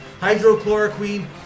Hydrochloroquine